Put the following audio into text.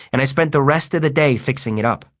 and i spent the rest of the day fixing it up.